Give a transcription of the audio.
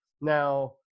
now